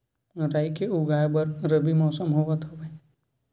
राई के उगाए बर रबी मौसम होवत हवय?